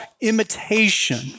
imitation